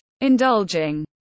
indulging